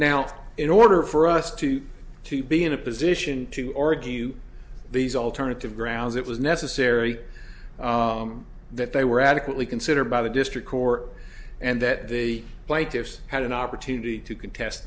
now in order for us to to be in a position to argue these alternative grounds it was necessary that they were adequately considered by the district court and that the plaintiffs had an opportunity to contest